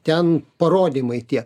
ten parodymai tie